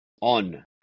on